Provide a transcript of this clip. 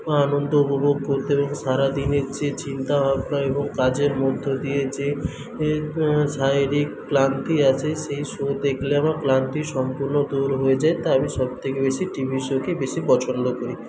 আনন্দ উপভোগ করতে সারাদিনের যে চিন্তাভাবনা এবং কাজের মধ্য দিয়ে যে শারীরিক ক্লান্তি আসে সেই শো দেখলে আমার ক্লান্তি সম্পূর্ণ দূর হয়ে যায় তাই আমি সব থেকে বেশি টিভি শো কে বেশি পছন্দ করি